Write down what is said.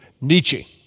Nietzsche